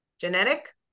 genetic